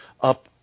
up